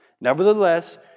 Nevertheless